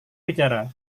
bicara